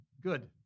Good